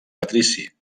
patrici